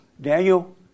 Daniel